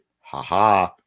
haha